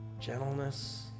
gentleness